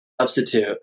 Substitute